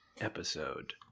episode